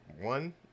One